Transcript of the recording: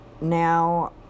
Now